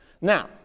Now